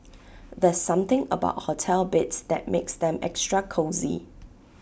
there's something about hotel beds that makes them extra cosy